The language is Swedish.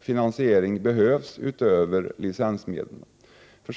finansiering behövs utöver licensmedlen.